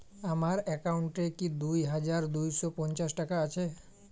আমার অ্যাকাউন্ট এ কি দুই হাজার দুই শ পঞ্চাশ টাকা আছে?